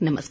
नमस्कार